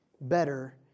better